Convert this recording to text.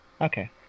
Okay